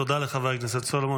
תודה לחבר הכנסת סולומון.